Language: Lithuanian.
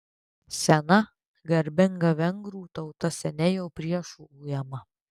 sena garbinga vengrų tauta seniai jau priešų ujama